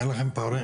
אין לכם פערים?